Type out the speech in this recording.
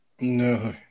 No